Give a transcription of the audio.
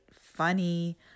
funny